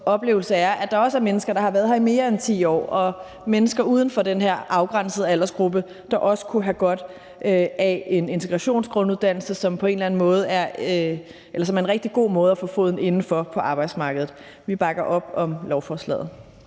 oplevelse er, at der også er mennesker, der har været her i mere end 10 år, og der er mennesker uden for den her afgrænsede aldersgruppe, der også kunne have godt af en integrationsgrunduddannelse, som er en rigtig god måde at få foden indenfor på arbejdsmarkedet på. Vi bakker op om lovforslaget.